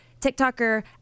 TikToker